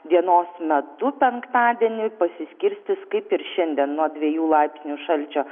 dienos metu penktadienį pasiskirstys kaip ir šiandien nuo dviejų laipsnių šalčio